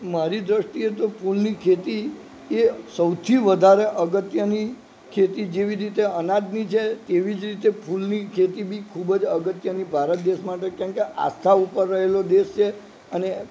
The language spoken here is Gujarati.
મારી દ્રષ્ટિએ તો ફૂલની ખેતી એ સૌથી વધારે અગત્યની ખેતી જેવી રીતે અનાજની છે તેવી જ રીતે ફૂલની ખેતી બી ખૂબ જ અગત્યની છે ભારત દેશ માટે કેમ કે આસ્થા ઉપર રહેલો દેશ છે અને